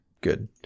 good